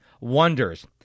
wonders